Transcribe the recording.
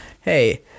hey